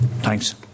Thanks